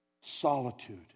Solitude